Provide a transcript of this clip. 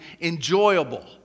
enjoyable